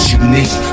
unique